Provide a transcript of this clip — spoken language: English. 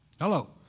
Hello